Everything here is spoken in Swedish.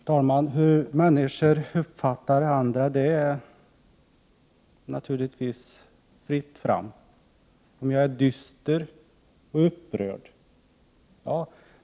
Herr talman! När det gäller hur människor uppfattar andra är det naturligtvis fritt fram. Det kan väl hända att jag är dyster och upprörd.